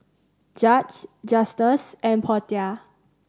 Judge Justus and Portia